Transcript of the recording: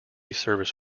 service